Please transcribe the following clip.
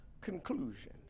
conclusion